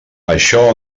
això